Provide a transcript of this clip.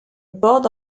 board